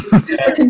Super